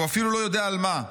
והוא אפילו לא יודע על מה,